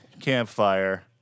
campfire